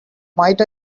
might